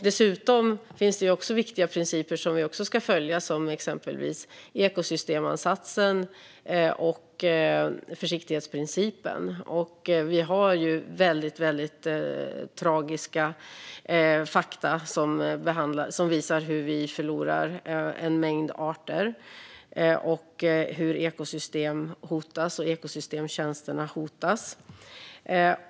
Dessutom finns det viktiga principer vi ska följa, exempelvis ekosystemansatsen och försiktighetsprincipen. Vi har väldigt tragiska fakta som visar hur vi förlorar en mängd arter och hur ekosystem och ekosystemtjänster hotas.